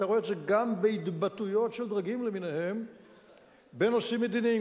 אתה רואה את זה גם בהתבטאויות של דרגים למיניהם בנושאים מדיניים,